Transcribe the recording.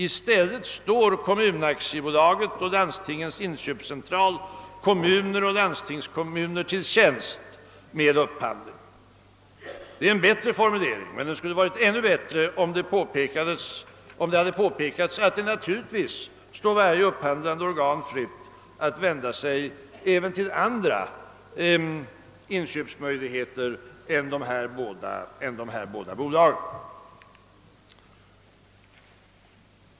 I stället står Kommunaktiebolaget och Landstingens inköpscentral kommuner och landstingskommuner till tjänst med upphandling.» Detta är visserligen en bättre formulering, men den skulle ha varit ännu bättre om det hade påpekats att det naturligtvis står varje upphandlande organ fritt att även använda sig av andra inköpsmöjligheter än de här nämnda båda bolagen.